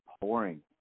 pouring